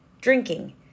drinking